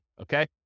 okay